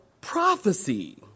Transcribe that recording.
prophecy